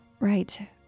Right